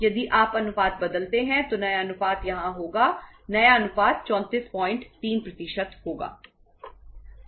यदि आप अनुपात बदलते हैं तो नया अनुपात यहां होगा नया अनुपात 343 होगा